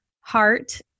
heart